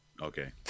Okay